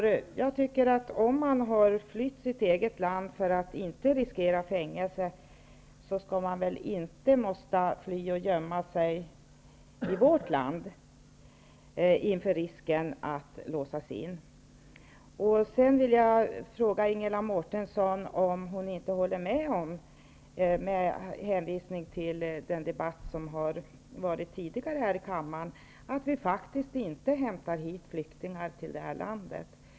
Om man har flytt från sitt eget land för att inte riskera fängelse, skall man väl inte behöva gömma sig i vårt land inför risken att bli inlåst. Jag vill fråga Ingela Mårtensson om hon inte håller med om att vi faktiskt inte hämtar flyktingar till det här landet, detta med tanke på den debatt som varit tidigare i kammaren.